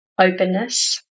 openness